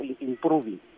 improving